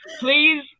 please